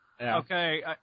Okay